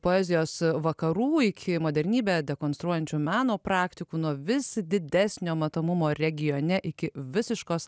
poezijos vakarų iki modernybę dekonstruojančių meno praktikų nuo vis didesnio matomumo regione iki visiškos